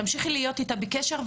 תמשיכי להיות איתה בקשר,